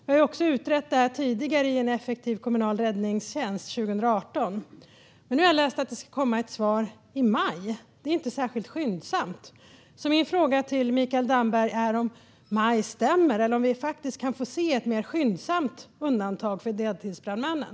Vi har utrett detta tidigare, 2018, i En effektiv are kommunal räddningstjänst , men nu har jag läst att det ska komma ett svar i maj. Det är inte särskilt skyndsamt, så min fråga till Mikael Damberg är: Stämmer maj, eller kan vi få se ett mer skyndsamt undantag för deltidsbrandmännen?